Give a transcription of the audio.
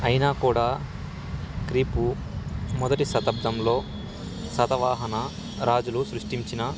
అయినా కూడా క్రి పు మొదటి శతాబ్దంలో సాతవాహన రాజులు సృష్టించిన